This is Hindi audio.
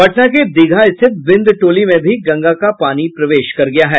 पटना के दीघा स्थित बिंद टोली में भी गंगा का पानी प्रवेश कर गया है